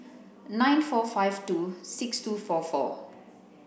nine four five two six two four four